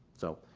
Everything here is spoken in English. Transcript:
so,